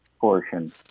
portion